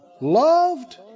loved